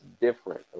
different